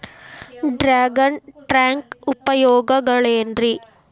Dragon tank ಉಪಯೋಗಗಳೆನ್ರಿ?